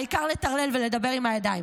העיקר לטרלל ולדבר עם הידיים.